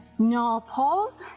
no pause,